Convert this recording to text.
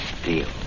steel